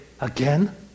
again